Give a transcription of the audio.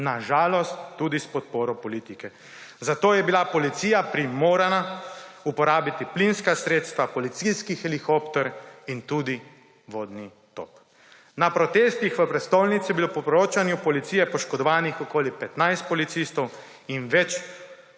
Na žalost, tudi s podporo politike. Zato je bila policija primorana uporabiti plinska sredstva, policijski helikopter in tudi vodni top. Na protestih v prestolnici je bilo po poročanju Policije poškodovanih okoli 15 policistov in več